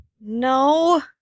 No